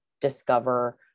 discover